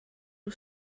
nhw